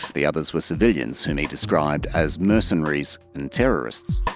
the others were civilians whom he described as mercenaries and terrorists.